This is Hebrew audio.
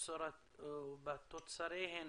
ובתוצריהן